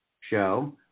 show